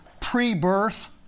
pre-birth